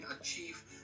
achieve